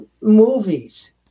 movies